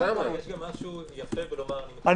יש גם משהו יפה בלומר שנבחר ציבור הוא נבחר ציבור.